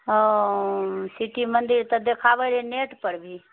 ओ city मंदिर तऽ देखाबै रहए नेट पर भी